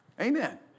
Amen